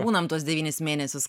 būnam tuos devynis mėnesius